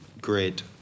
great